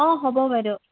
অঁ হ'ব বাইদেউ